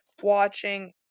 watching